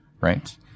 right